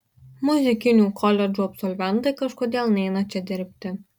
muzikinių koledžų absolventai kažkodėl neina čia dirbti